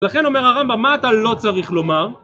לכן אומר הרמב״ם, מה אתה לא צריך לומר?